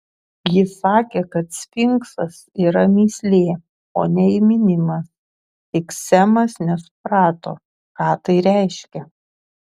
jis sakė kad sfinksas yra mįslė o ne įminimas tik semas nesuprato ką tai reiškia